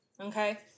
okay